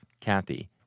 Kathy